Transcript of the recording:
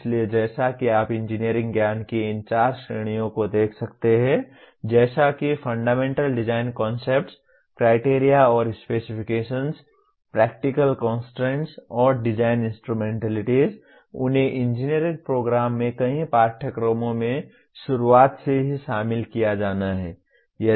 इसलिए जैसा कि आप इंजीनियरिंग ज्ञान की इन चार श्रेणियों को देख सकते हैं जैसे कि फंडामेंटल डिज़ाइन कन्सेप्ट्स क्राइटेरिया और स्पेसिफिकेशन्स प्रैक्टिकल कंस्ट्रेंट्स और डिजाइन इंस्ट्रूमेंटलिटीज़ उन्हें इंजीनियरिंग प्रोग्राम में कई पाठ्यक्रमों में शुरुआत से ही शामिल किया जाना है